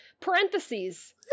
Parentheses